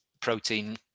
protein